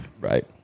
Right